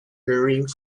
hurrying